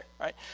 right